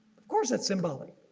of course it's symbolic.